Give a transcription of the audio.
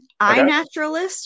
iNaturalist